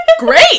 Great